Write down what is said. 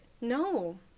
No